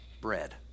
bread